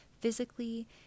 physically